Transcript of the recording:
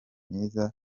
myiza